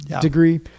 degree